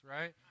right